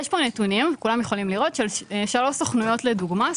שכולם יכולים לראות והם מראים לדוגמה שלוש סוכנויות,